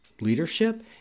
leadership